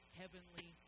heavenly